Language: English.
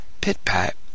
pit-pat